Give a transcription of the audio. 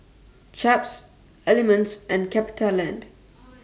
Chaps Element and CapitaLand